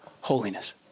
holiness